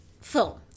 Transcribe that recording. film